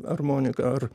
armoniką ar